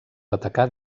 atacar